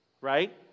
right